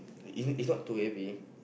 is is not too heavy